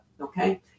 okay